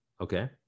okay